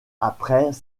après